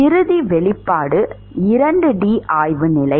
இறுதி வெளிப்பாடு 2Dஆய்வு நிலை